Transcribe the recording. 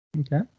Okay